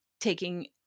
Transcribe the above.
taking